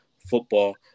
football